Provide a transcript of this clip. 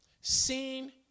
Seen